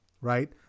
right